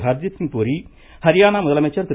ஹர்தீப்சிங் பூரி ஹரியானா முதலமைச்சர் திரு